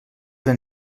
ben